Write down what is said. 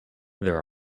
there